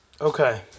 Okay